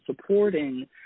supporting